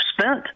spent